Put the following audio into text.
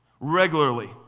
regularly